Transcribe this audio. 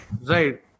Right